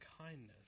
kindness